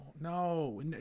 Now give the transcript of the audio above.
No